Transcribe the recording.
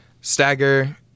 stagger